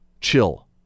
chill